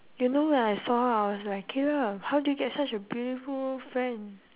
you know when I saw her I was like caleb how did you get such a beautiful friend